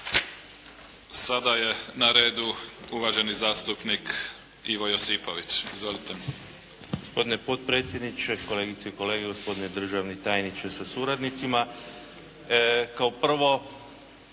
Sada je na redu uvaženi zastupnik Ivo Jospipović. **Josipović, Ivo (Nezavisni)** Gospodine potpredsjedniče, kolegice i kolege, gospodine državni tajniče sa suradnicima. Kao prvo,